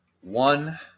one